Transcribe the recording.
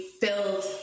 build